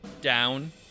down